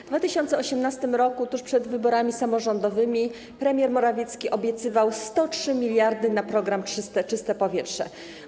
W 2018 r. tuż przed wyborami samorządowymi premier Morawiecki obiecywał 103 mld na program „Czyste powietrze”